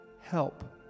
help